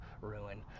ruin